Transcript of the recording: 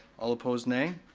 all opposed, nay.